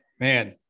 Man